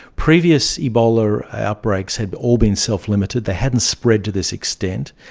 previous ebola outbreaks had all been self-limited, they hadn't spread to this extent,